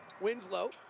Winslow